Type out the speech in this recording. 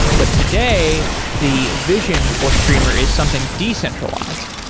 but today, the vision for streamr is something decentralized.